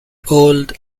old